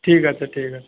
ঠিক আছে ঠিক আছে